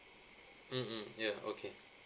mm mm ya okay